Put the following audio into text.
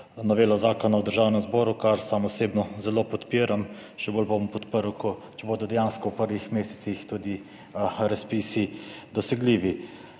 novelo zakona v Državnem zboru, kar sam osebno zelo podpiram. Še bolj jo bom podprl, če bodo dejansko v prvih mesecih dosegljivi